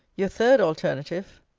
your third alternative,